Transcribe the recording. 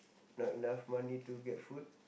not enough money to get food